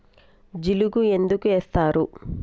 జిలుగు ఎందుకు ఏస్తరు?